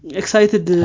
excited